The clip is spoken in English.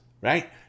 right